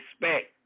respect